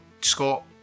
Scott